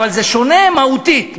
אבל זה שונה מהותית.